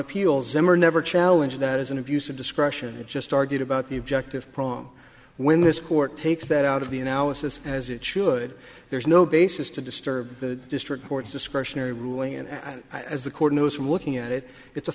appeal zimmer never challenge that is an abuse of discretion it just argued about the objective prong when this court takes that out of the analysis as it should there's no basis to disturb the district court's discretionary ruling and i as the court knows from looking at it it's a